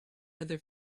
other